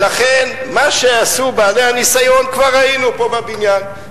לכן, מה שעשו בעלי הניסיון כבר ראינו פה, בבניין.